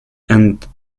and